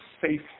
safe